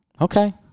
Okay